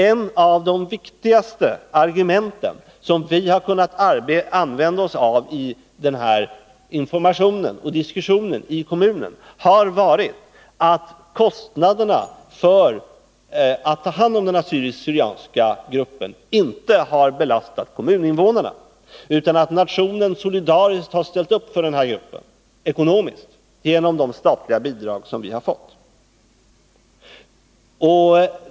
Ett av våra viktigaste argument i informationen och diskussionen om den här frågan i Södertälje kommun har varit att kostnaderna för att ta hand om den assyriska/syrianska gruppen inte har belastat kommuninvånarna, utan att hela nationen ekonomiskt sett solidariskt ställt upp för denna invandrargrupp genom det statliga bidrag som kommunen fått.